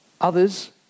others